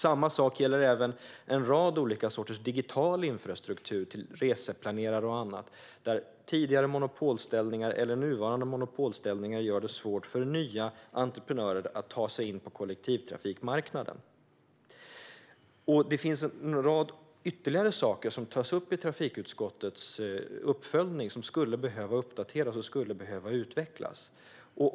Samma sak gäller även en rad olika sorters digital infrastruktur, reseplanerare och annat, där tidigare eller nuvarande monopolställningar gör det svårt för nya entreprenörer att komma in på kollektivtrafikmarknaden. Det finns en rad ytterligare saker som tas upp i trafikutskottets uppföljning som skulle behöva uppdateras och utvecklas.